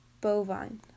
Bovine